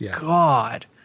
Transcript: god